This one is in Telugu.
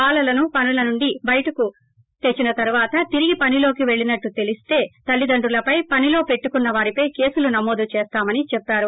బాలలను పనులనుండి బయటకు తెచ్చిన తరువాత తిరిగి పనిలోకి పెళ్లినట్లు తెలిస్తే తల్లిదండ్రులపై పనిలో పెట్టుకున్న వారిపై కేసులు నమోదు చేస్తామని చెప్పారు